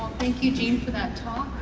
thank you for that talk.